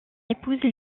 épouse